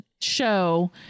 show